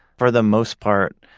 for the most part,